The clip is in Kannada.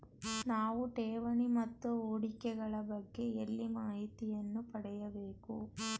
ನಾವು ಠೇವಣಿ ಮತ್ತು ಹೂಡಿಕೆ ಗಳ ಬಗ್ಗೆ ಎಲ್ಲಿ ಮಾಹಿತಿಯನ್ನು ಪಡೆಯಬೇಕು?